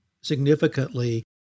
significantly